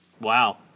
Wow